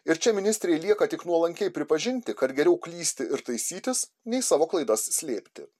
ir čia ministrei lieka tik nuolankiai pripažinti kad geriau klysti ir taisytis nei savo klaidas slėpti